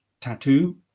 tattoo